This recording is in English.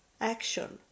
Action